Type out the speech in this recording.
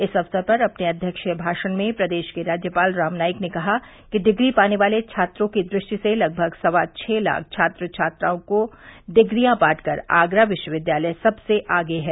इस अवसर पर अपने अध्यक्षीय भाषण में प्रदेश के राज्यपाल राम नाईक ने कहा कि डिग्री पाने वाले छात्रों की दृष्टि से लगभग सवा छह लाख छात्र छात्राओं को डिग्रिया बांटकर आगरा विश्वविद्यालय सबसे आगे हैं